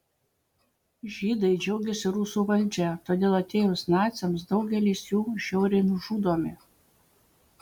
žydai džiaugiasi rusų valdžia todėl atėjus naciams daugelis jų žiauriai nužudomi